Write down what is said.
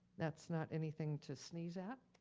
that's not anything to sneeze at.